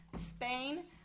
Spain